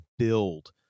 build